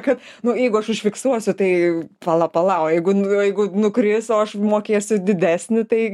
kad nu jeigu aš užfiksuosiu tai pala pala o jeigu jeigu nukris o aš mokėsiu didesnį tai